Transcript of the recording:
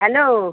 hello